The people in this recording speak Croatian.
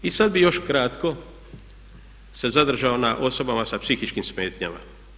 I sad bih još kratko se zadržao na osobama sa psihičkim smetnjama.